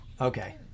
Okay